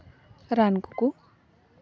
ᱨᱟᱱ ᱠᱚᱠᱚ